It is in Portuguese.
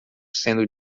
sendo